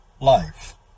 life